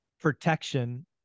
protection